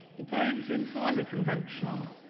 the poems are entirely conventional,